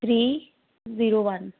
three zero one